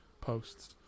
posts